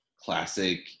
classic